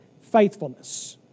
faithfulness